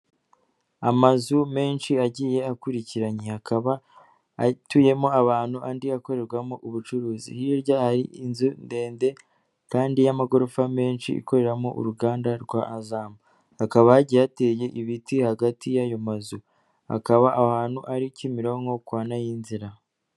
Amazu menshi agiye akurikiranye, akaba atuyemo abantu andi akorerwamo ubucuruzi, hirya ari inzu ndende kandi y'amagorofa menshi ikoreramo uruganda rwa azamu, hakaba hagiye yateye ibiti hagati y'ayo mazu, hakaba aho hantu ari Kimironko kwanayinzira.